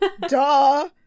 duh